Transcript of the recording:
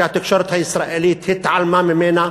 שהתקשורת הישראלית התעלמה ממנה.